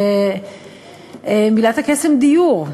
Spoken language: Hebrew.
זה מילת הקסם "דיור".